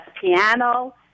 piano